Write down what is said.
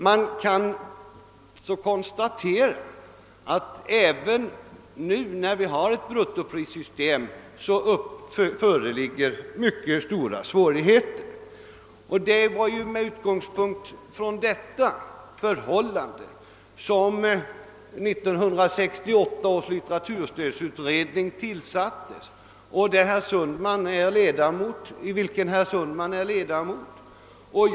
Man kan konstatera att även nu, när vi har ett bruttoprissystem, föreligger mycket stora svårigheter. Det var med utgångspunkt i detta förhållande som 1968 års litteraturstödutredning, av vil ken herr Sundman är ledamot, tillsattes.